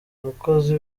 umukozi